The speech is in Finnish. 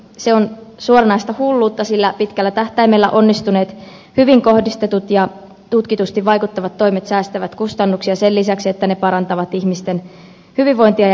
se on suoranaista hulluutta sillä pitkällä tähtäimellä onnistuneet hyvin kohdistetut ja tutkitusti vaikuttavat toimet säästävät kustannuksia sen lisäksi että ne parantavat ihmisten hyvinvointia ja elämänlaatua